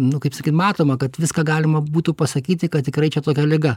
nu kaip sakyt matoma kad viską galima būtų pasakyti kad tikrai čia tokia liga